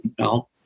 No